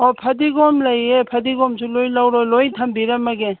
ꯑꯣ ꯐꯗꯤꯒꯣꯝ ꯂꯩꯌꯦ ꯐꯗꯤꯒꯣꯝꯁꯨ ꯂꯣꯏ ꯂꯧꯔꯣ ꯂꯣꯏ ꯊꯝꯕꯤꯔꯝꯃꯒꯦ